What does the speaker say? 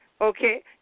Okay